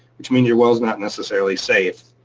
which means your well is not necessarily safe.